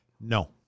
No